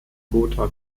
gotha